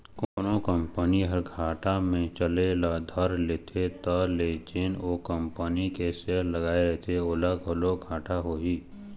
कोनो कंपनी ह घाटा म चले ल धर लेथे त ले जेन ओ कंपनी के सेयर लगाए रहिथे ओला घलोक घाटा होही